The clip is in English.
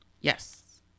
yes